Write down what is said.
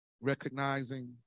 recognizing